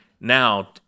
now